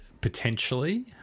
potentially